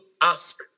ask